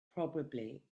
probably